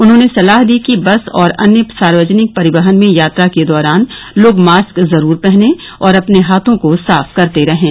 उन्हॉने सलाह दी कि बस और अन्य सार्वजनिक परिवहन में यात्रा के दौरान लोग मास्क जरूर पहनें और अपने हाथों को साफ करते रहें